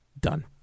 Done